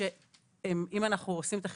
שאם אנחנו עושים את החשבון,